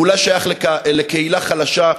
ואולי שייך לקהילה חלשה,